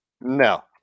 No